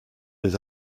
des